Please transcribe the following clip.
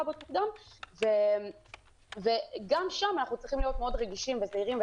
גם שם אנחנו צריכים להיות מאוד רגישים וזהירים,